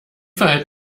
verhält